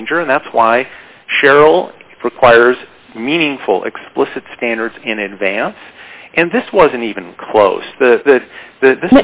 danger and that's why cheryl requires meaningful explicit standards in advance and this wasn't even close to the